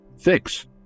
fix